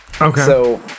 Okay